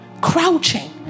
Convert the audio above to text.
crouching